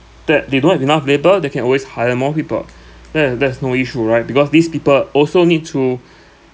that they don't have enough labour they can always hire more people that is that's no issue right because these people also need to